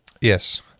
Yes